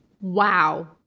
Wow